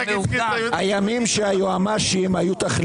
רק הזכיר את הייעוץ המשפטי.